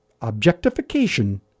objectification